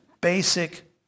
basic